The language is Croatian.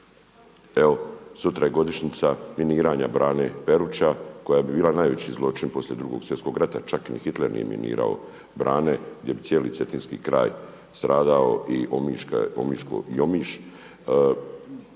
evo sutra je godišnjica miniranja brane Peruča koja bi bila najveći zločin poslije 2. svjetskog rata, čak ni Hitler nije minirao brane gdje bi cijeli cetinski kraj stradao i Omiš, bio